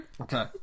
Okay